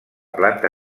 planta